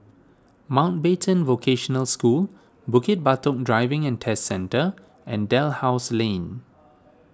Mountbatten Vocational School Bukit Batok Driving and Test Centre and Dalhousie Lane